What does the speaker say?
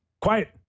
Quiet